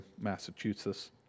Massachusetts